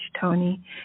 tony